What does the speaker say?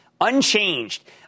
unchanged